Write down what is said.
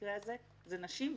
ובמקרה הזה זה נשים,